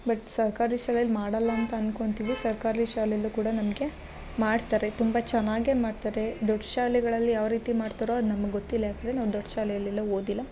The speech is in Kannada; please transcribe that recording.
ಬಟ್ ಸರ್ಕಾರಿ ಶಾಲೆಲಿ ಮಾಡಲ್ಲ ಅಂತ ಅನ್ಕೊಂತೀವಿ ಸರ್ಕಾರಿ ಶಾಲೆಯಲ್ಲು ಕೂಡ ನಮಗೆ ಮಾಡ್ತಾರೆ ತುಂಬ ಚೆನ್ನಾಗೇ ಮಾಡ್ತಾರೆ ದೊಡ್ಡ ಶಾಲೆಗಳಲ್ಲಿ ಯಾವ ರೀತಿ ಮಾಡ್ತರೋ ಅದು ನಮ್ಗ ಗೊತ್ತಿಲ್ಲ ಯಾಕೆಂದ್ರೆ ನಾವು ದೊಡ್ಡ ಶಾಲೆಲಿ ಎಲ್ಲ ಓದಿಲ್ಲ